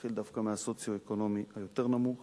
ולהתחיל דווקא מהסוציו-אקונומי היותר נמוך